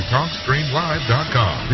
TalkStreamLive.com